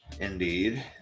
Indeed